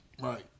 Right